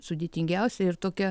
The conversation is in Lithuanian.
sudėtingiausia ir tokia